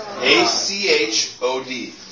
A-C-H-O-D